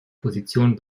position